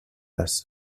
است